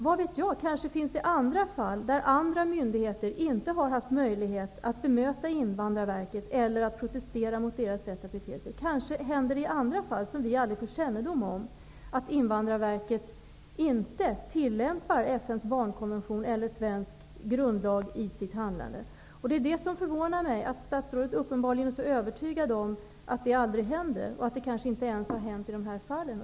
Vad vet jag, kanske har det förekommit andra fall, i vilka andra myndigheter inte har haft möjlighet att bemöta Invandrarverket eller att protestera mot Invandrarverkets sätt att bete sig. Kanske händer det i andra fall, som vi aldrig får kännedom om, att Invandrarverket i sitt handlande inte tillämpar FN:s barnkonvention eller svensk grundlag. Det förvånar mig att statsrådet uppenbarligen är så övertygad om att det aldrig händer och att det kanske inte ens har hänt i de här fallen.